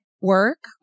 work